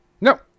No